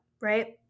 Right